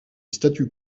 statu